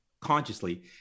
Consciously